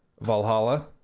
Valhalla